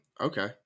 okay